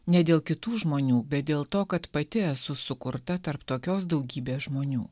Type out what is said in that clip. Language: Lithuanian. ne dėl kitų žmonių bet dėl to kad pati esu sukurta tarp tokios daugybės žmonių